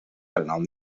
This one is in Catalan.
renom